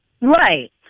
Right